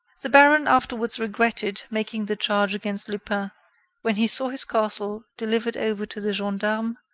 the baron afterwards regretted making the charge against lupin when he saw his castle delivered over to the gendarmes,